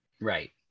Right